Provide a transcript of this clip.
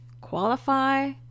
qualify